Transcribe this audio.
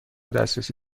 دسترسی